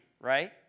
right